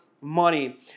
money